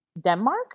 Denmark